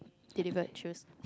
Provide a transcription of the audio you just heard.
delivered shoes